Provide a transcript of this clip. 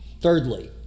Thirdly